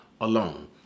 alone